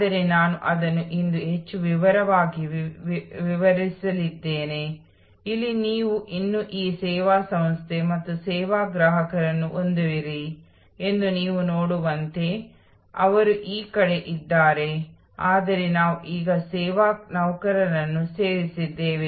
ಆದ್ದರಿಂದ ಮೊದಲು ನಾವು ಪರಿಕಲ್ಪನಾ ಮಟ್ಟದಲ್ಲಿ ಕಾರ್ಯತಂತ್ರದ ಮಟ್ಟದಲ್ಲಿ ಚರ್ಚಿಸುತ್ತಿದ್ದೇವೆ ಈಗ ನಾವು ಕಾರ್ಯಾಚರಣೆಯ ಮಟ್ಟದಲ್ಲಿ ಹೊಸ ಸೇವಾ ರಚನೆಯನ್ನು ಚರ್ಚಿಸುತ್ತೇವೆ